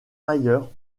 ailleurs